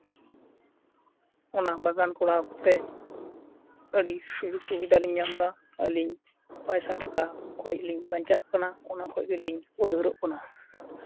ᱚᱱᱟ ᱵᱟᱜᱟᱱ ᱠᱚᱨᱟᱣ ᱠᱟᱛᱮᱫ ᱟᱹᱰᱤ ᱥᱩᱡᱳᱜᱽ ᱥᱩᱵᱤᱫᱟᱞᱤᱧ ᱧᱟᱢᱫᱟ ᱟᱹᱞᱤᱧ ᱯᱟᱭᱥᱟ ᱴᱟᱠᱟ ᱠᱷᱚᱱ ᱞᱤᱧ ᱵᱟᱧᱪᱟᱜ ᱠᱟᱱᱟ ᱚᱱᱟ ᱠᱷᱚᱱ ᱜᱮᱞᱤᱧ ᱩᱫᱷᱟᱹᱨᱚᱜ ᱠᱟᱱᱟ